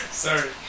Sorry